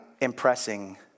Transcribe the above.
Impressing